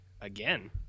again